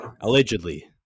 allegedly